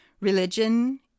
Religion